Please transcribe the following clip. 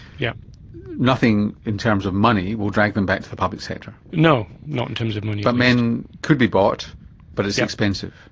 yeah nothing in terms of money will drag them back to the public sector. no, not in terms of money. but men could be bought but it's expensive.